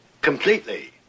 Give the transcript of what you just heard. Completely